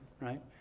right